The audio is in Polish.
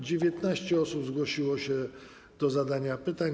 19 osób zgłosiło się do zadania pytań.